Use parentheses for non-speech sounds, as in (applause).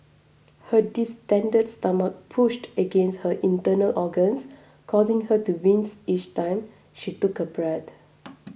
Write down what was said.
her distended stomach pushed against her internal organs causing her to wince each time she took a breath (noise)